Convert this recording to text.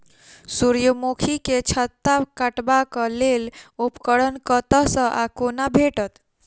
सूर्यमुखी केँ छत्ता काटबाक लेल उपकरण कतह सऽ आ कोना भेटत?